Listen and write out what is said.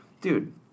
dude